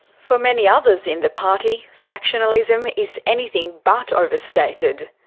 so many others in the party, factionalism is anything but overstated.